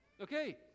Okay